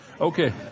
Okay